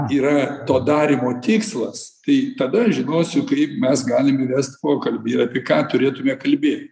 yra to darymo tikslas tai tada žinosiu kryp mes galim įvest pokalbį ir apie ką turėtume kalbėt